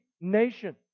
nation